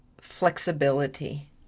flexibility